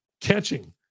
catching